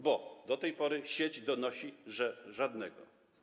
Bo tej pory sieć donosi, że żadnego.